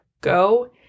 go